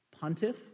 pontiff